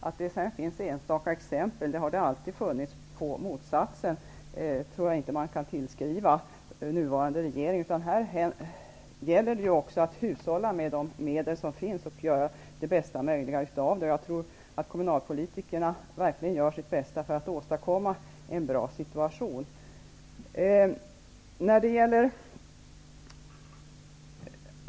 Att det finns enstaka exempel på motsatsen, det har det alltid funnits, tycker jag inte skall tillskrivas den nuvarande regeringen. Här gäller det att hushålla med de medel som finns och göra det bästa möjliga av det. Jag tror att kommunalpolitikerna verkligen gör sitt bästa för att åstadkomma en bra situation.